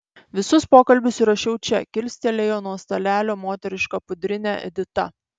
visus pokalbius įrašiau čia kilstelėjo nuo stalelio moterišką pudrinę edita